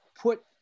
put